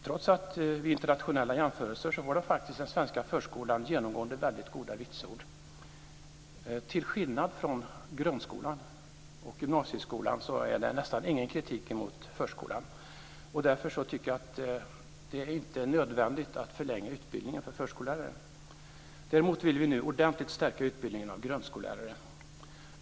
Trots allt får den svenska förskolan genomgående faktiskt väldigt goda vitsord vid internationella jämförelser. Till skillnad från grundskolan och gymnasieskolan finns det nästan ingen kritik mot förskolan. Därför tycker jag att det inte är nödvändigt att förlänga utbildningen för förskollärare. Däremot vill vi nu ordentligt stärka utbildningen av grundskollärare.